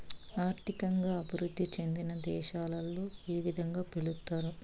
ఆర్థికంగా అభివృద్ధి చెందిన దేశాలలో ఈ విధంగా పిలుస్తారు